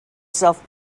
self